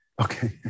Okay